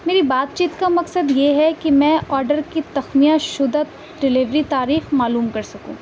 میری بات چیت کا مقصد یہ ہے کہ میں آڈر کی تخمینہ شدہ ڈیلیوری تاریخ معلوم کر سکوں